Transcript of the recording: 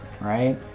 right